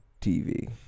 TV